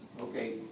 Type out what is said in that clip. Okay